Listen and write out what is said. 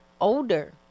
older